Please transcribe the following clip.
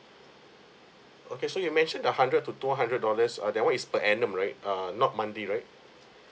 okay so you mentioned the hundred to two hundred dollars uh that one is per annum right err not monthly right